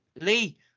Lee